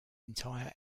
entire